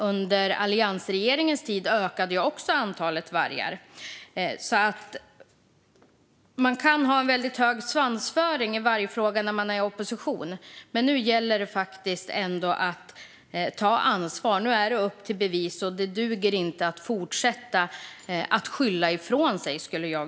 Under alliansregeringens tid ökade också antalet vargar. Man kan ha en väldigt hög svansföring i vargfrågan när man är i opposition, men nu gäller det faktiskt att ta ansvar. Nu är det upp till bevis - det duger inte att fortsätta skylla ifrån sig.